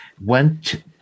went